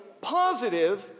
positive